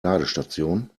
ladestation